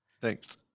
Thanks